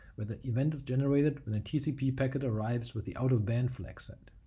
where that event is generated when a tcp packets arrives with the out-of-band flag set.